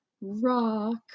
rock